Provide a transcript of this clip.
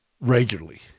regularly